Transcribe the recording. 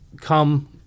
come